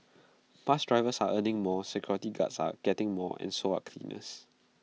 bus drivers are earning more security guards are getting more and so are cleaners